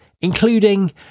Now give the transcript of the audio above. including